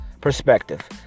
perspective